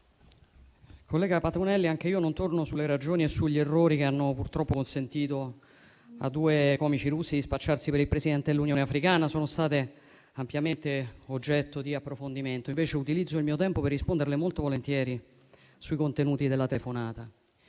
collega Patuanelli, anche io non torno sulle ragioni e sugli errori che hanno purtroppo consentito a due comici russi di spacciarsi per il Presidente dell'Unione africana; sono state ampiamente oggetto di approfondimento. Utilizzo invece il mio tempo per risponderle molto volentieri sui contenuti della telefonata,